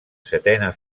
setena